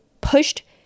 pushed